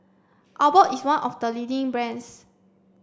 Abbott is one of the leading brands